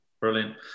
Brilliant